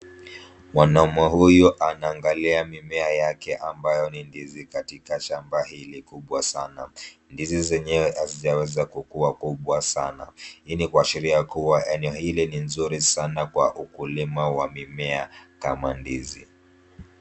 Mwanaume huyu anaangalia mimea yake ambayo ni ndizi katika shamba hili kubwa sana. Ndizi zenyewe hazijaweza kukuwa kubwa sana. Hii ni kuashiria ya kuwa eneo hili ni nzuri sana kwa ukulima wa mimea kama ndizi.